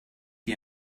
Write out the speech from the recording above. die